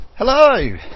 Hello